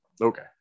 Okay